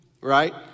right